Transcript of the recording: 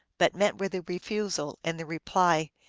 but met with a refusal and the reply,